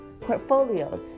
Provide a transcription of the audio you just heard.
portfolios